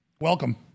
Welcome